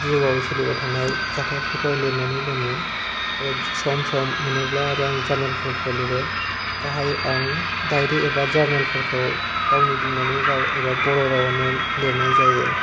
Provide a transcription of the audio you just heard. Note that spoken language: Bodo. जिउआव सोलिबाय थानाय जाथायफोरखौ लिरनानै दोनो आरो सम सम मोनोब्ला जार्नेलसफोरखौ लिरो गाहाइयै आं डाइरि एबा जार्नेलफोरखौ गावनि बिमानि राव एबा बर' रावआवनो लिरनाय जायो